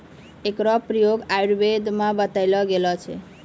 एकरो प्रयोग आयुर्वेद म बतैलो गेलो छै